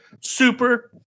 super